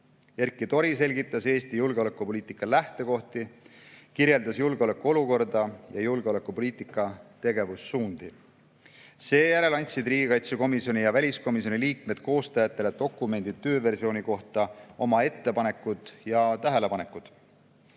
Erkki Tori selgitas Eesti julgeolekupoliitika lähtekohti, kirjeldas julgeolekuolukorda ja julgeolekupoliitika tegevussuundi. Seejärel andsid riigikaitsekomisjoni ja väliskomisjoni liikmed koostajatele dokumendi tööversiooni kohta oma ettepanekud ja tähelepanekud.